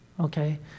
okay